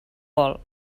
vol